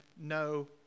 no